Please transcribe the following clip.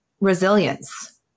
resilience